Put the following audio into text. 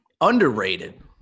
Underrated